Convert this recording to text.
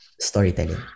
storytelling